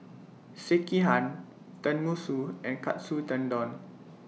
Sekihan Tenmusu and Katsu Tendon